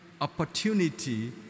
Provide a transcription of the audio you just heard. opportunity